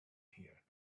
here